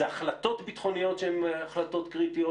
זה החלטות ביטחוניות שהן החלטות קריטיות.